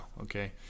okay